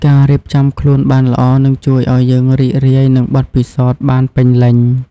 ការរៀបចំខ្លួនបានល្អនឹងជួយឱ្យយើងរីករាយនឹងបទពិសោធន៍បានពេញលេញ។